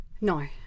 No